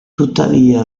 tuttavia